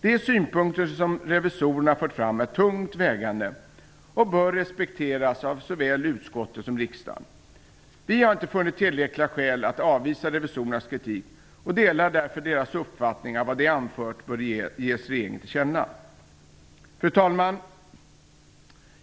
De synpunkter som revisorerna har fört fram är tungt vägande och bör respekteras av såväl utskottet som riksdagen. Vi har inte funnit tillräckliga skäl att avvisa revisorernas kritik och delar därför deras uppfattning att vad de anfört bör ges regeringen till känna. Fru talman!